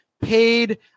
paid